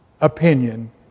opinion